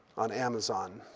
on amazon.